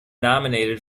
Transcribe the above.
nominated